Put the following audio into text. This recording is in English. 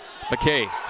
McKay